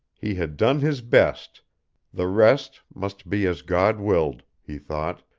he had done his best the rest must be as god willed, he thought,